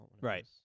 Right